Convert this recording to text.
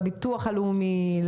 לביטוח הלאומי,